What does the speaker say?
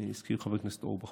שהזכיר חבר הכנסת אורבך